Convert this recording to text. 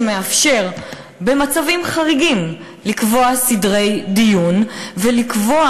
שמאפשר במצבים חריגים לקבוע סדרי דיון ולקבוע